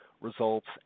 Results